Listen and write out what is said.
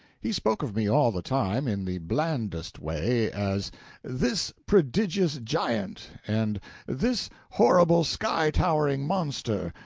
he spoke of me all the time, in the blandest way, as this prodigious giant, and this horrible sky-towering monster,